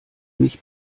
mich